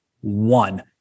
one